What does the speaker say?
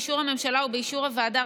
באישור הממשלה ובאישור הוועדה,